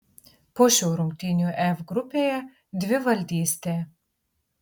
po šių rungtynių f grupėje dvivaldystė